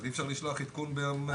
אבל אי אפשר לשלוח עדכון ביום האחרון.